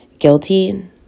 Guilty